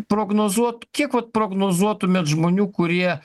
prognozuot kiek vat prognozuotumėt žmonių kurie